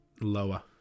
Lower